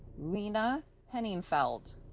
lena henningfeld,